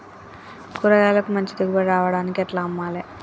కూరగాయలకు మంచి దిగుబడి రావడానికి ఎట్ల అమ్మాలే?